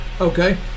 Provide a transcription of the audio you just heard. Okay